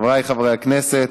חבריי חברי הכנסת,